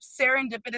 serendipitous